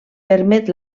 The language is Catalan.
permet